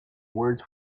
words